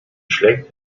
schlägt